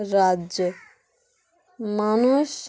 রাজ্যে মানুষ